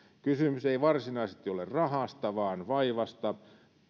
kysymys ei varsinaisesti ole rahasta vaan vaivasta